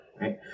right